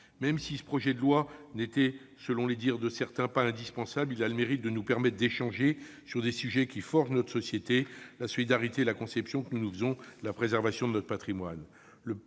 Même si, aux dires de certains, ce projet de loi n'était pas indispensable, il a le mérite de nous permettre d'échanger sur des sujets qui forment notre société : la solidarité et la conception que nous nous faisons de la préservation de notre patrimoine.